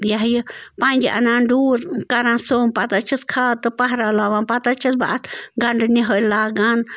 یہِ ہَہ یہِ پنٛجہِ اَنان ڈوٗر کَران سوٚمب پتہٕ حظ چھَس کھاد تہٕ پَہہ رَلاوان پتہٕ حظ چھَس بہٕ اَتھ گنٛڈٕ نِۂلۍ لاگان